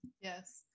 yes